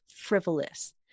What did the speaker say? frivolous